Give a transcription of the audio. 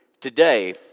today